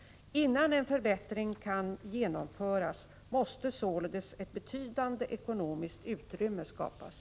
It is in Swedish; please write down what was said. Innan en förbättring kan genomföras måste således ett betydande ekonomiskt utrymme skapas.